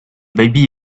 baby